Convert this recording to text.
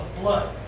blood